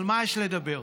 על מה יש לדבר?